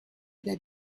that